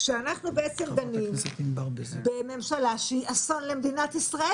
כשאנחנו דנים בממשלה שהיא אסון למדינת ישראל.